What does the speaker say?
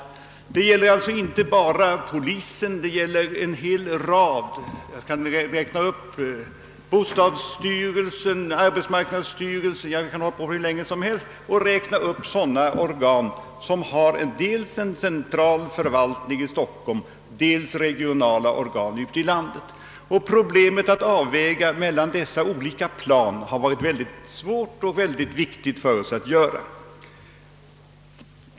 Det gäller alltså inte bara polisen utan en hel rad myndigheter, bostadsstyrelsen och arbetsmarknadsstyrelsen etc. — Jag skulle kunna hålla på hur länge som helst att räkna upp myndigheter som har dels en central förvaltning i Stockholm, dels regionala organ ute i landet. Att göra avvägningar mellan dessa olika organs kompetens har varit en mycket svår och viktig uppgift för oss.